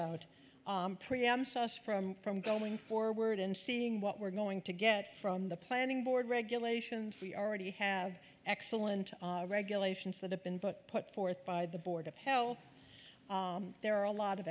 opt out pre amps us from from going forward and seeing what we're going to get from the planning board regulations we already have excellent regulations that have been book put forth by the board of health there are a lot of